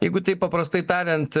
jeigu taip paprastai tariant